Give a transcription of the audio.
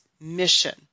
mission